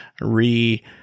re